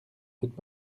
faites